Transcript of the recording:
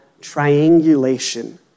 triangulation